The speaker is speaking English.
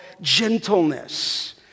gentleness